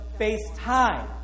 FaceTime